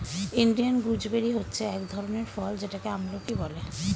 Indian gooseberry হচ্ছে এক ধরনের ফল যেটাকে আমলকি বলে